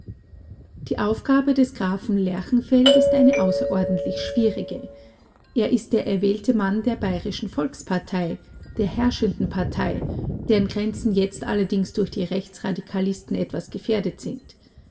die aufgabe des grafen lerchenfeld ist eine außerordentlich schwierige er ist der erwählte mann der bayerischen volkspartei der herrschenden partei deren grenzen jetzt allerdings durch die rechtsradikalisten etwas gefährdet sind